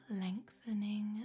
lengthening